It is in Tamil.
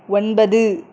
ஒன்பது